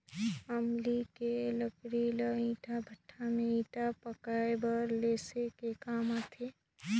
अमली के लकरी ल ईटा भट्ठा में ईटा पकाये बर लेसे के काम आथे